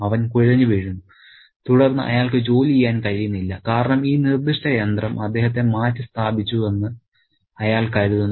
അവൻ കുഴഞ്ഞു വീഴുന്നു തുടർന്ന് അയാൾക്ക് ജോലി ചെയ്യാൻ കഴിയുന്നില്ല കാരണം ഈ നിർദ്ദിഷ്ട യന്ത്രം അദ്ദേഹത്തെ മാറ്റിസ്ഥാപിച്ചുവെന്ന് അയാൾ കരുതുന്നു